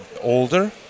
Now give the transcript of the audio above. older